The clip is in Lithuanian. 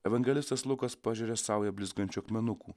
evangelistas lukas pažeria saują blizgančių akmenukų